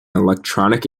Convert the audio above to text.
electronic